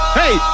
hey